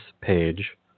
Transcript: page